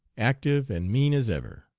active, and mean as ever.